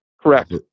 Correct